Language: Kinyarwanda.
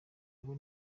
ngo